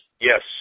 Yes